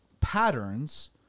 patterns